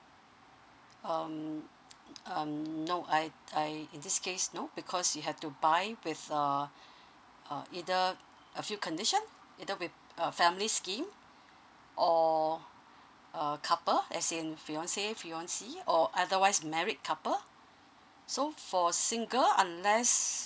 um um no I I in this case no because you have to buy with err uh either a few condition either with a family scheme orh a couple as in fiancé fiancée or otherwise married couple so for single unless